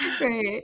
right